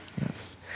Yes